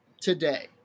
today